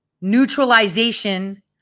neutralization